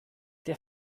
der